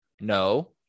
No